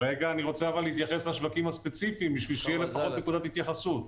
אני רוצה להתייחס לשווקים הספציפיים בשביל שתהיה לפחות נקודת התייחסות.